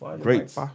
great